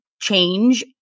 change